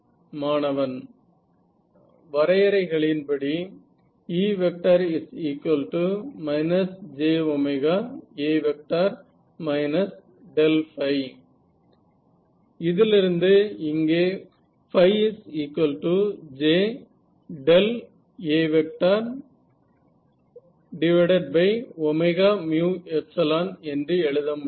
மாணவன் வரையறைகளின்படி E jA இதிலிருந்து இங்கே jA என்று எழுத முடியும்